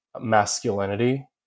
masculinity